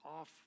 off